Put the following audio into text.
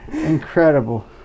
Incredible